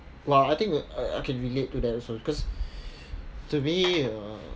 well I think I I can relate to that cause to me uh